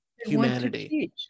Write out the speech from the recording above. humanity